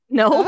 no